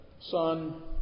Son